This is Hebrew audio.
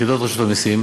יחידות רשות המסים,